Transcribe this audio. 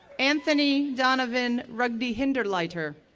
anthony donovan rogde-hinderliter,